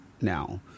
now